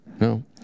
No